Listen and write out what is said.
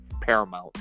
paramount